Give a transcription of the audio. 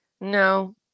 No